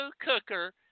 cooker